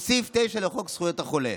הוא סעיף 9 לחוק זכויות החולה,